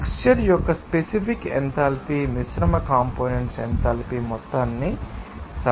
mixture యొక్క specific enthalpy మిశ్రమ components enthalpy మొత్తానికి సమానం